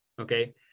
Okay